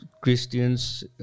Christians